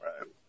Right